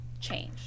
change